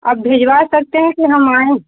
आप भिजवा सकते हैं कि हम आएँ